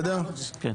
תודה.